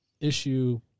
issue